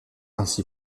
ainsi